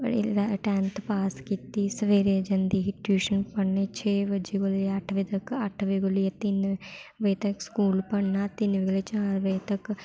tenth पास कीती सवेरे जंदी ही ट्यूशन पढ़ने छे बजे कोला अट्ठ बजे तगर अट्ठ बजे कोला लेइयै तिन्न बजे तक स्कूल पढ़ना तिन्न बजे कोला चार बजे तक